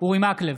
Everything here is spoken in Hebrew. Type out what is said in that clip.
אורי מקלב,